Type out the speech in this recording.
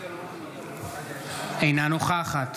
אינה נוכחת